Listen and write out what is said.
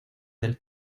del